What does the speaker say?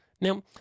Now